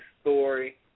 story